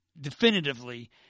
definitively